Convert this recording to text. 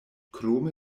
krome